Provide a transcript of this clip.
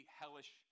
hellish